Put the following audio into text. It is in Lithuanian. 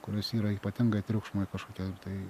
kurios yra ypatingai triukšmui kažkokio tai